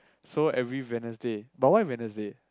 so every Wednesday but why Wednesday